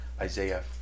Isaiah